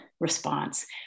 response